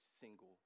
single